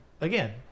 again